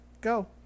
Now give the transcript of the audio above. go